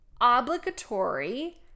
obligatory